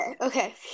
Okay